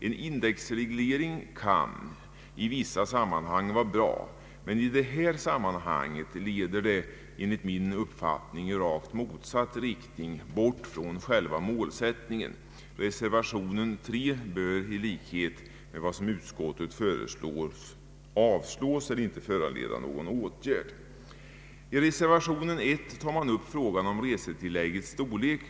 En indexreglering kan i vissa sammanhang vara bra, men i detta sammanhang leder enligt min uppfattning en sådan i rakt motsatt riktning, bort från själva målsättningen. Reservation 3 bör därför avslås och inte föranleda någon åtgärd. I reservation 1 upptas frågan om resetilläggets storlek.